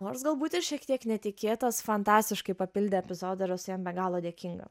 nors galbūt ir šiek tiek netikėtas fantastiškai papildė epizodą ir esu jam be galo dėkinga